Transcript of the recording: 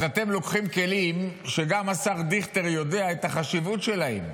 אז אתם לוקחים כלים שגם השר דיכטר יודע את החשיבות שלהם.